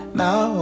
now